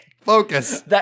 Focus